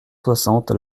soixante